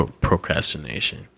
procrastination